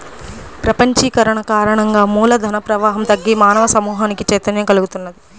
ప్రపంచీకరణ కారణంగా మూల ధన ప్రవాహం తగ్గి మానవ సమూహానికి చైతన్యం కల్గుతున్నది